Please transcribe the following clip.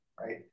right